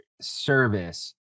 service